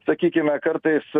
sakykime kartais